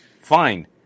fine